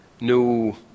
no